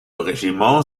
régiment